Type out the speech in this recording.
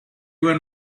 were